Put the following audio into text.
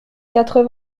quatre